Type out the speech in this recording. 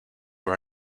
were